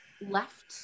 left